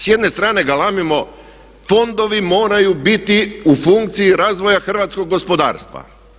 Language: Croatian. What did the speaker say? S jedne strane galamimo fondovi moraju biti u funkciji razvoja hrvatskog gospodarstva.